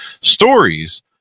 stories